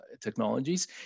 technologies